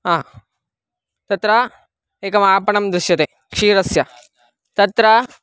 हा तत्र एकमापणं दृश्यते क्षीरस्य तत्र